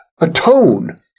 atone